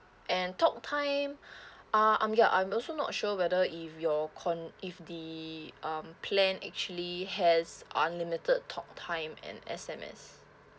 and talk time ah I'm ya I'm also not sure whether if your com~ if the um plan actually has unlimited talk time and S_M_S